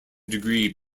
degree